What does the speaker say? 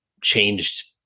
changed